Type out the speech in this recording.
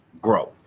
grow